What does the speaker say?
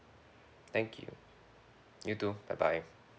thank you you too bye bye